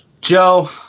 Joe